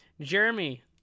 Jeremy